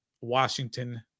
Washington